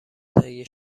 تهیه